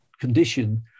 condition